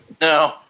no